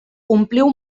ompliu